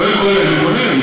קודם כול, הם יכולים.